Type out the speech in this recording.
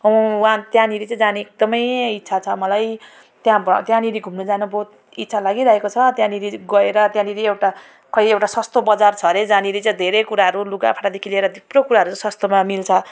उहाँ त्यहाँनेरि चाहिँ जाने एकदमै इच्छा छ मलाई त्यहाँ भयो त्यहाँनेरि घुम्नु जानु बहुत इच्छा लागिरहेको छ त्यहाँनेरि गएर त्यहाँनेरि एउटा खोइ एउटा सस्तो बजार छ अरे जहाँनेरि चाहिँ धेरै कुराहरू लुगाफाटादेखि लिएर थुप्रै कुराहरू सस्तोमा मिल्छ